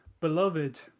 beloved